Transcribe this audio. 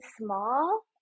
small